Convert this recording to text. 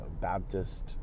Baptist